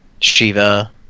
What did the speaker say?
Shiva